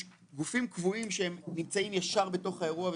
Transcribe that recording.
גופים קבועים שנמצאים ישר בתוך האירוע.